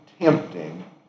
tempting